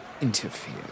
interfere